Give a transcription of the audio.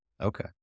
okay